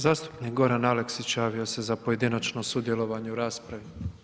Zastupnik Goran Aleksić, javio se za pojedinačno sudjelovanje u raspravi.